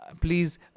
please